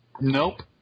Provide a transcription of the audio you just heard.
Nope